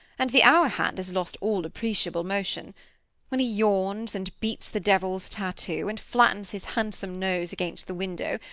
and the hour hand has lost all appreciable motion when he yawns, and beats the devil's tattoo, and flattens his handsome nose against the window,